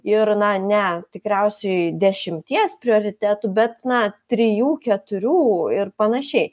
ir na ne tikriausiai dešimties prioritetų bet na trijų keturių ir panašiai